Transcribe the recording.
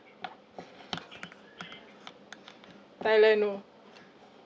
thailand no